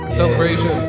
Celebration